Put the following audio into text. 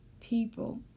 people